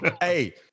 Hey